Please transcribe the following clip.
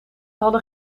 hadden